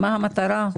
מה המטרה?